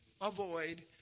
avoid